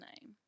name